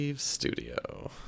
studio